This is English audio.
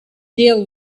deal